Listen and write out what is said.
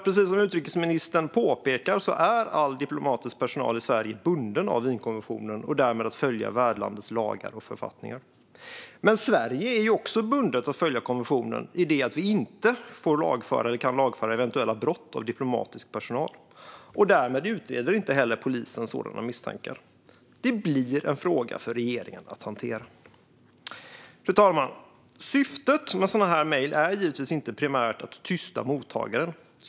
Precis som utrikesministern påpekar är nämligen all diplomatisk personal i Sverige bunden av Wienkonventionen och ska därmed följa värdlandets lagar och författningar. Men Sverige är också bundet att följa konventionen i det att vi inte får eller kan lagföra eventuella brott av diplomatisk personal. Därmed utreder polisen inte heller sådana misstankar. Det blir en fråga för regeringen att hantera. Fru talman! Syftet med sådana här mejl är givetvis inte primärt att tysta mottagaren.